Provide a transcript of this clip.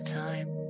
time